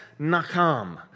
Nakam